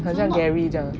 很像 gary 这样 ah